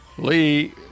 Lee